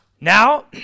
Now